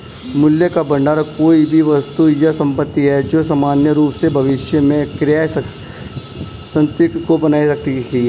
मूल्य का भंडार कोई भी वस्तु या संपत्ति है जो सामान्य रूप से भविष्य में क्रय शक्ति को बनाए रखेगी